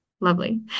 Lovely